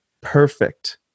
perfect